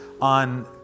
on